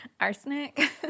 Arsenic